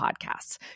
Podcasts